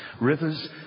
rivers